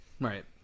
Right